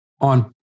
On